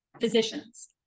physicians